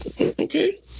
Okay